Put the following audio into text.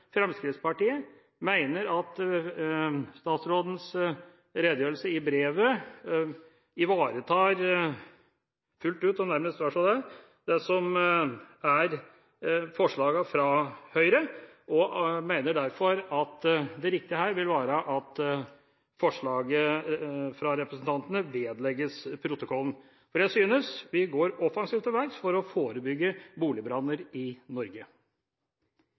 Fremskrittspartiet, mener at statsrådens redegjørelse i brevet ivaretar fullt ut – og nærmest vel så det – det som er forslagene fra Høyre. Vi mener derfor at det riktige her vil være at forslaget fra representantene fra Høyre vedlegges protokollen, for jeg synes vi går offensivt til verks for å forebygge boligbranner i Norge.